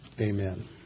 Amen